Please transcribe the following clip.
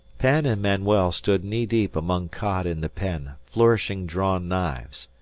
penn and manuel stood knee deep among cod in the pen, flourishing drawn knives.